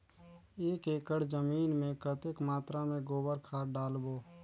एक एकड़ जमीन मे कतेक मात्रा मे गोबर खाद डालबो?